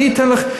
אני אתן לך.